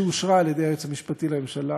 שאושרה על-ידי היועץ המשפטי לממשלה.